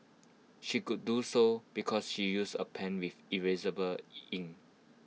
she could do so because she used A pen with erasable ink